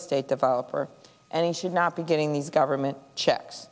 estate developer and he should not be getting these government checks